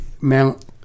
mount